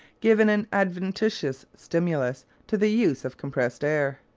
given an adventitious stimulus to the use of compressed air.